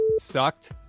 sucked